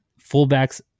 fullbacks